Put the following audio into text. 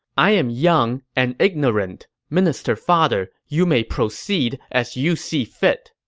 i am young and ignorant. minister father, you may proceed as you see fit.